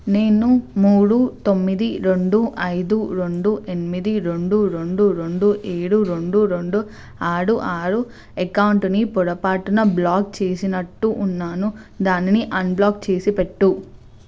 నేను మూడు తొమ్మిది రెండు ఐదు రెండు ఎనిమిది రెండు రెండు రెండు ఏడు రెండు రెండు ఆరు ఆరు అకౌంటుని పొరపాటున బ్లాక్ చేసినట్టున్నాను దానిని అన్బ్లాక్ చేసిపెట్టు